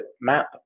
map